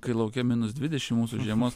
kai lauke minus dvidešim mūsų žiemos